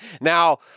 Now